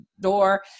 door